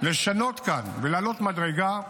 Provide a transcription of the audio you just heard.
לשנות כאן ולעלות מדרגה,